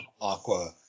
Aqua